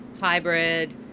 hybrid